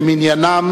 למניינם.